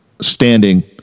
standing